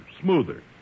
smoother